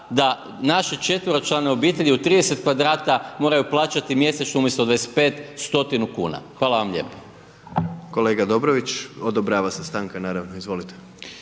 da naše 4-člane obitelji u 30 kvadrata moraju plaćati mjesečno umjesto 25, stotinu kuna. Hvala vam lijepa. **Jandroković, Gordan (HDZ)** Kolega Dobrović. Odobrava se stanka, naravno, izvolite.